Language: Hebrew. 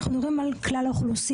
אנחנו מדברים על כלל האוכלוסייה,